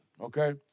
okay